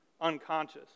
unconscious